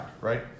right